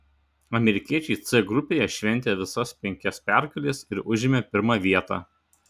amerikiečiai c grupėje šventė visas penkias pergales ir užėmė pirmą vietą